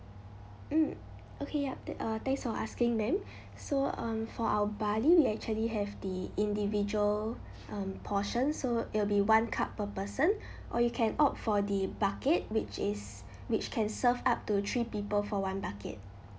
mm okay yup uh thanks for asking ma'am so um for our barley we actually have the individual um portion so it'll be one cup per person or you can opt for the bucket which is which can serve up to three people for one bucket